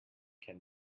can